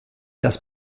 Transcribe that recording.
das